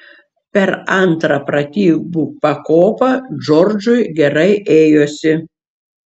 per antrą pratybų pakopą džordžui gerai ėjosi